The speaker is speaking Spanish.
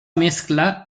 mezcla